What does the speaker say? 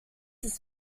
ist